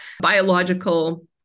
biological